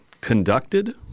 conducted –